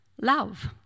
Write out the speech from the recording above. love